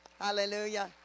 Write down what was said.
Hallelujah